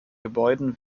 gebäuden